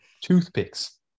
toothpicks